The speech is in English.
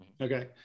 Okay